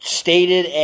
stated